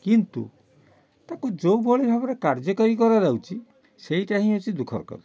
କିନ୍ତୁ ତା'କୁ ଯେଉଁ ଭଳି ଭାବରେ କାର୍ଯ୍ୟକାରୀ କରାଯାଉଛି ସେଇଟା ହିଁ ହେଉଛି ଦୁଃଖର କଥା